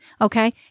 okay